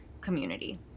community